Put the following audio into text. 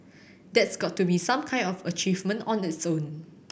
that's got to be some kind of achievement on its own